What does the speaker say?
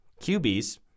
QBs